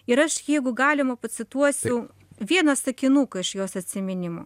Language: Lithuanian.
ir aš jeigu galima pacituosiu vieną sakinuką iš jos atsiminimų